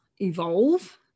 evolve